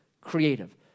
creative